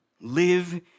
Live